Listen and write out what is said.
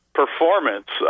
performance